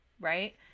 right